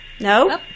No